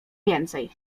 więcej